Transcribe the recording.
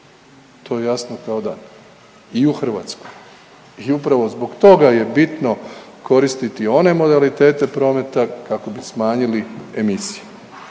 to je jasno kao dan i u Hrvatskoj i upravo zbog toga je bitno koristiti one modalitete prometa kako bi smanjili emisije.